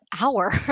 hour